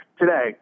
today